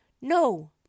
no